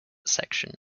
section